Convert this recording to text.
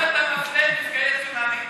למה אתה מפלה את נפגעי הצונאמי,